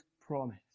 promise